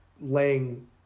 laying